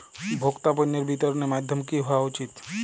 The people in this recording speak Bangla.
ভোক্তা পণ্যের বিতরণের মাধ্যম কী হওয়া উচিৎ?